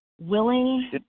willing